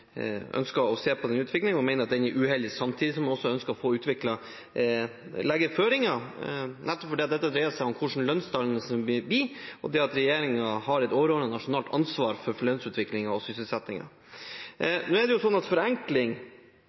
ønsker å se på den utviklingen og mener at den er uheldig, samtidig som vi også ønsker å legge føringer, nettopp fordi dette dreier seg om hvordan lønnsdannelsen vil bli, og det at regjeringen har et overordnet nasjonalt ansvar for lønnsutviklingen og sysselsettingen. Forenkling nevnte statsråden i sitt innlegg her, og spørsmålet blir egentlig: Hvor forenklende er det